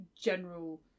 general